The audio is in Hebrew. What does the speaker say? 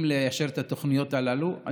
לאשר את התוכניות הללו,